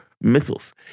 missiles